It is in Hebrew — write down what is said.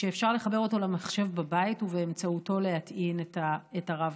ואפשר לחבר אותו למחשב בבית ובאמצעותו להטעין את הרב-קו.